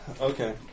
Okay